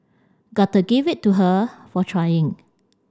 gotta give it to her for trying